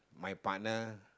my partner